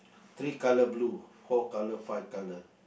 three colour blue four colour five colour